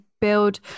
build